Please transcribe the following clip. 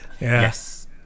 Yes